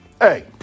Hey